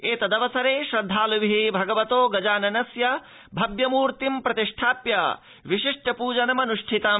एतदवसरे श्रद्धालुभि भगवतो गजाननस्य भव्यमूर्ति प्रतिष्ठाप्य विशिष्ट पूजन मनुष्ठितम्